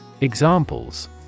Examples